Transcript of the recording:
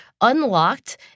unlocked